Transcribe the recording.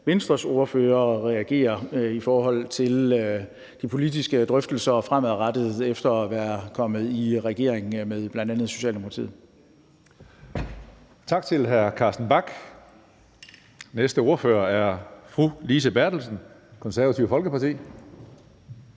Venstres ordfører reagerer i de politiske drøftelser fremadrettet efter at være kommet i regering med bl.a. Socialdemokratiet.